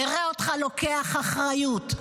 נראה אותך לוקח אחריות.